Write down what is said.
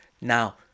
Now